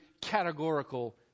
categorical